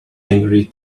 angry